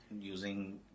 using